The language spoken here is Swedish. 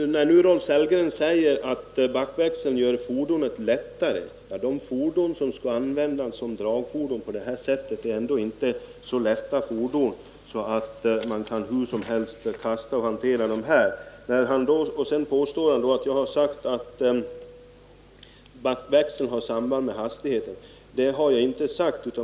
Rolf Sellgren säger att backväxeln gör fordonen tyngre. De fordon som skall användas som dragfordon på det här sättet är inte så lätta att man kan hantera dem hur som helst. Sedan påstår Rolf Sellgren att jag sagt att backväxeln har samband med hastigheten. Det har jag inte sagt.